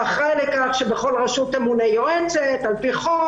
שאחראי לכך שבכל רשות תמונה יועצת על פי חוק,